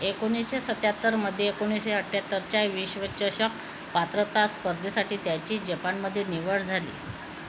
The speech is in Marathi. एकोणीसशे सत्याहत्तरमध्ये एकोणीशे अठ्ठ्याहत्तरच्या विश्वचषक पात्रता स्पर्धेसाठी त्याची जपानमध्ये निवड झाली